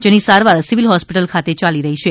જેની સારવાર civil hospital ખાતે યાલી રહી છે